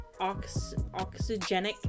oxygenic